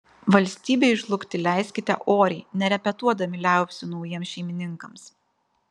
valstybei žlugti leiskite oriai nerepetuodami liaupsių naujiems šeimininkams